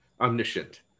omniscient